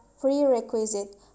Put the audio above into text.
prerequisite